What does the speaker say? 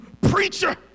preacher